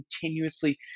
continuously